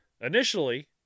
Initially